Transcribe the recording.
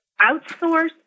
outsource